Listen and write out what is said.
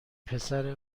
پسر